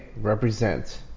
represent